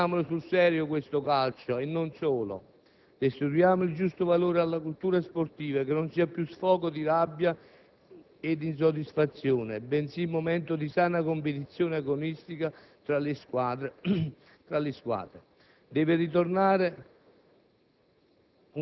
Riformiamolo sul serio questo calcio: e non solo! Restituiamo il giusto valore alla cultura sportiva, che non sia più sfogo di rabbia ed insoddisfazione, bensì momento di sana competizione agonistica tra le squadre. Deve tornare